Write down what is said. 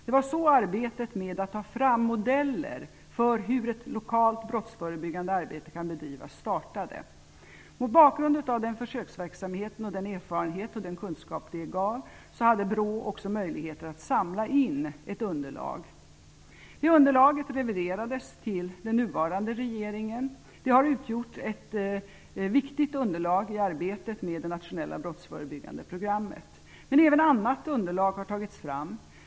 Det var så arbetet med att ta fram modeller för hur ett lokalt brottsförebyggande arbete kan bedrivas startade. Mot bakgrund av den försöksverksamheten och den erfarenhet och den kunskap det gav hade BRÅ också möjligheter att samla in ett underlag. Det underlaget reviderades till den nuvarande regeringen. Det har utgjort ett viktigt underlag i arbetet med det nationella brottsförebyggande programmet. Men även annat underlag har tagits fram.